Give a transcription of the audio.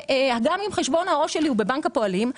והוא שגם אם חשבון העו"ש שלי בבנק הפועלים,